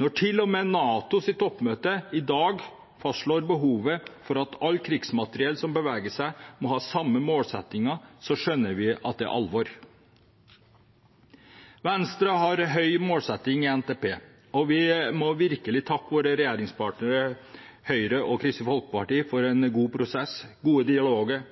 Når til og med NATOs toppmøte i dag fastslår behovet for at alt krigsmateriell som beveger seg, må ha samme målsetting, skjønner vi at det er alvor. Venstre har høye mål i NTP, og vi må virkelig takke våre regjeringspartnere Høyre og Kristelig Folkeparti for en god prosess, gode dialoger